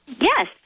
Yes